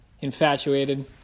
infatuated